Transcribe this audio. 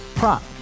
Prop